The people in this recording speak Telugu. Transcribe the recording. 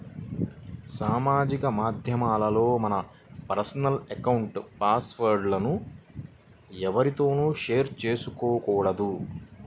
సామాజిక మాధ్యమాల్లో మన పర్సనల్ అకౌంట్ల పాస్ వర్డ్ లను ఎవ్వరితోనూ షేర్ చేసుకోకూడదు